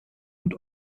und